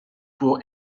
pour